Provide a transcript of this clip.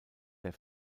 der